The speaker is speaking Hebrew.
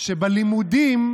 שבלימודים